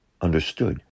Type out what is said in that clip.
understood